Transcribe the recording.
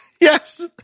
Yes